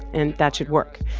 and that should work.